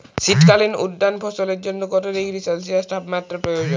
শীত কালীন উদ্যান ফসলের জন্য কত ডিগ্রী সেলসিয়াস তাপমাত্রা প্রয়োজন?